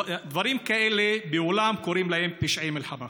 דברים כאלה, בעולם קוראים להם פשעי מלחמה.